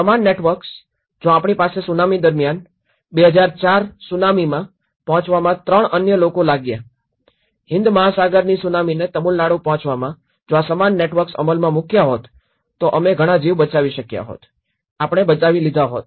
જો સમાન નેટવર્ક્સ જો આપણી પાસે સુનામી દરમિયાન 2004 સુનામીમાં પહોંચવામાં 3 અન્ય લોકો લાગ્યાં હિંદ મહાસાગરની સુનામીને તામિલનાડુ પહોંચવામાં જો આ સમાન નેટવર્ક્સ અમલમાં મુક્યા હોત તો અમે ઘણાં જીવ બચાવી શક્યા હોત આપણે બચાવી લીધા હોત